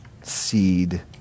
seed